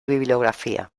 bibliografía